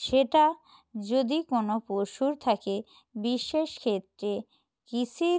সেটা যদি কোনো পশুর থাকে বিশেষ ক্ষেত্রে কৃষির